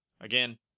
again